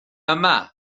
yma